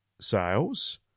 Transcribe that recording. sales